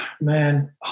man